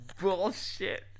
bullshit